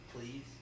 Please